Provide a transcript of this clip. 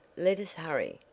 let us hurry.